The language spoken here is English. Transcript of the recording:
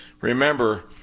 remember